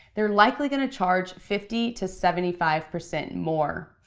they're likely gonna charge fifty to seventy five percent more.